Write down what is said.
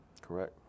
Correct